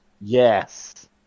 Yes